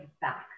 back